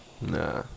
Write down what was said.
Nah